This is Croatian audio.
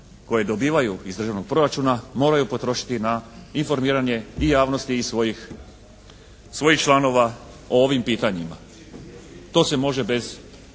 koje dobivaju iz državnog proračuna moraju potrošiti na informiranje i javnosti i svojih članova o ovim pitanjima. To se može bez